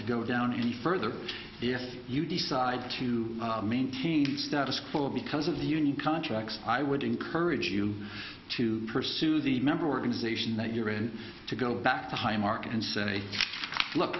to go down any further if you decide to maintain status quo because of the union contracts i would encourage you to pursue the member organization that you're going to go back to high market and say look